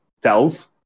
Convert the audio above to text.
tells